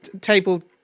table